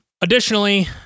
Additionally